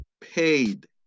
paid